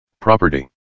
Property